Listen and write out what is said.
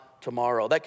tomorrow